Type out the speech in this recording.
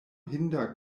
hinda